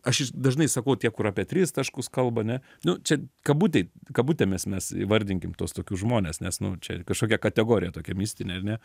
aš dažnai sakau tie kur apie tris taškus kalba ne nu čia kabutei kabutėmis mes įvardinkim tuos tokius žmones nes nu čia kažkokia kategorija tokia mistinė ane